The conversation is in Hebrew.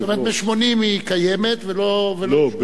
זאת אומרת, מ-80 היא קיימת ולא, לא.